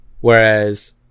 Whereas